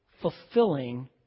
fulfilling